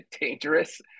dangerous